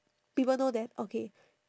people know that okay